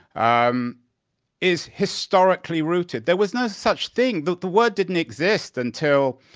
um is historically rooted. there was no such thing the word didn't exist until